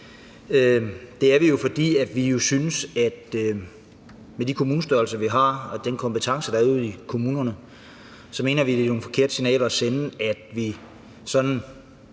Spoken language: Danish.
Det er vi jo, fordi vi synes, at med de kommunestørrelser, vi har, og med de kompetencer, der er ude i kommunerne, så er det nogle forkerte signaler at sende, at vi gang